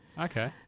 Okay